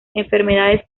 enfermedades